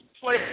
play